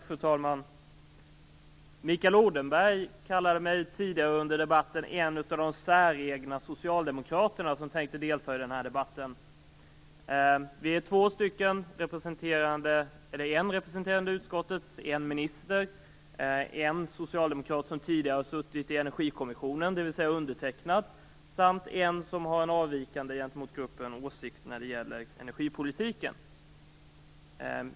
Fru talman! Mikael Odenberg kallade mig tidigare under debatten för en av de säregna socialdemokraterna som tänkte delta i debatten. Vi är en som representerar utskottet, en minister, en socialdemokrat som tidigare har suttit i Energikommissionen, dvs. undertecknad, samt en som har en gentemot gruppen avvikande åsikt när det gäller energipolitiken.